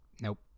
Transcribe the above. nope